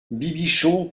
bibichon